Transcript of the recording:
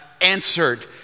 answered